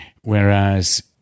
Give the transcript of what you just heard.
Whereas